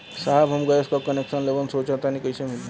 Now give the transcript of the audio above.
साहब हम गैस का कनेक्सन लेवल सोंचतानी कइसे मिली?